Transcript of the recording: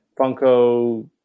Funko